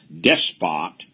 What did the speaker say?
despot